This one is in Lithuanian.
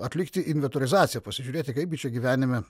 atlikti inventorizaciją pasižiūrėti kaipgi čia gyvenime